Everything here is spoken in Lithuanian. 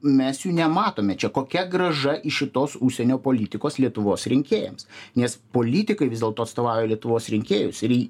mes jų nematome čia kokia grąža iš šitos užsienio politikos lietuvos rinkėjams nes politikai vis dėlto atstovauja lietuvos rinkėjus ir